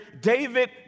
David